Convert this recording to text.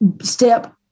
step